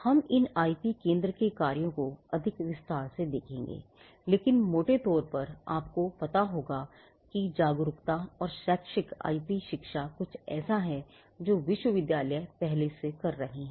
हम इन आईपी केंद्र के कार्यों को अधिक विस्तार से देखेंगे लेकिन मोटे तौर पर आपको पता होगा कि जागरूकता और शैक्षिक आईपी शिक्षा कुछ ऐसा है जो विश्वविद्यालय पहले से कर रहे हैं